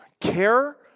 care